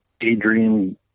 Adrian